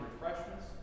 refreshments